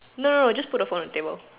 no no no just put the phone on the table